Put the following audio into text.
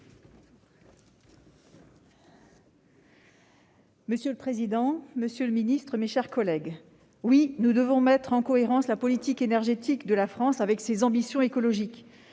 Monsieur le président, monsieur le ministre, mes chers collègues, oui, nous devons mettre en cohérence la politique énergétique de la France avec ses ambitions écologiques.